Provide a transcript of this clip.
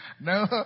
no